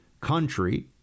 country